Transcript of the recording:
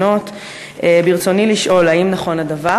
בעלי-חיים.